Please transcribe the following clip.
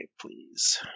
please